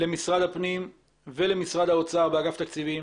למשרד הפנים ולאגף התקציבים